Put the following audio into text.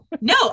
No